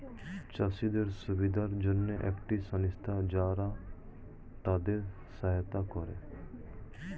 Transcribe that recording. চাষীদের সুবিধার জন্যে একটি সংস্থা যারা তাদের সাহায্য করে